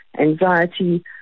anxiety